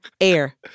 air